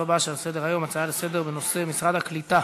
להצעה לסדר-היום בנושא: משרד העלייה והקליטה